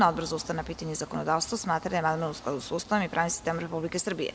Odbor za ustavna pitanja i zakonodavstvo smatra da je amandman u skladu sa Ustavom i pravnim sistemom Republike Srbije.